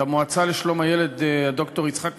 למועצה לשלום הילד, הד"ר יצחק קדמן,